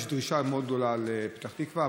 יש דרישה מאוד גדולה לפתח תקווה.